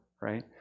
right